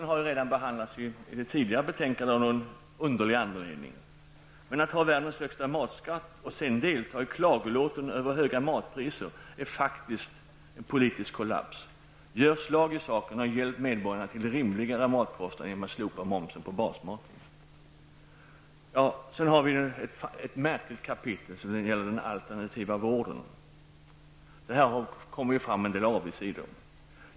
Den har av någon egendomlig anledning redan behandlats i ett tidigare betänkande. Att ha världens högsta matskatt och sedan delta i klagolåten över höga matpriser är faktiskt en politisk kollaps. Gör slag i saken och hjälp medborgarna till rimligare matkostnader genom att slopa momsen på basmaten. För det fjärde är momsen på den alternativa vården ett märkligt kapitel. Här kommer en del avigsidor fram.